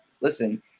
listen